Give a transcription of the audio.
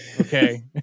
Okay